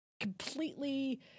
completely